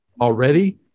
already